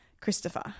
Christopher